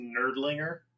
Nerdlinger